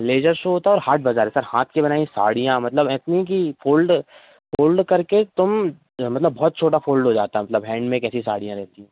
laser show होता है और हाट बाज़ार है सर हाथ की बनाई हुई साड़ियाँ मतलब इतनी कि फ़ोल्ड फ़ोल्ड करके तुम मतलब बहुत छोटा फ़ोल्ड हो जाता मतलब हैन्ड मेक ऐसी साड़ियाँ रहती हैं